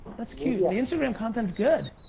that's cute. the instagram content's good.